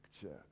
picture